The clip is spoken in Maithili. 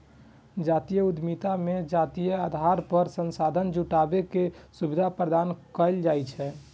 जातीय उद्यमिता मे जातीय आधार पर संसाधन जुटाबै के सुविधा प्रदान कैल जाइ छै